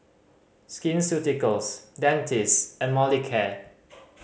Skin Ceuticals Dentiste and Molicare